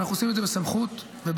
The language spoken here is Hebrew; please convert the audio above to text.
ואנחנו עושים את זה בסמכות וברשות.